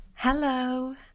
Hello